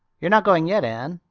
you're not going yet, anne?